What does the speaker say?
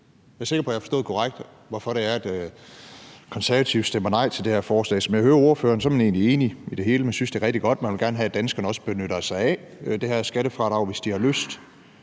være sikker på, at jeg har forstået korrekt, hvorfor Konservative stemmer nej til det her forslag. Som jeg hører ordføreren, er man egentlig enig i det hele, og man synes, det er rigtig godt, og man vil gerne have, at danskerne også benytter sig af det her skattefradrag, hvis de har lyst.